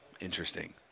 Interesting